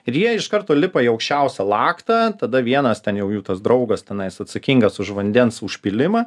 ir jie iš karto lipa į aukščiausią laktą tada vienas ten jau jų tas draugas tenais atsakingas už vandens užpylimą